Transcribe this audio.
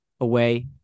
away